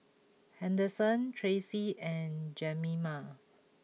Henderson Tracy and Jemima